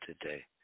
today